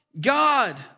God